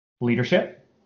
leadership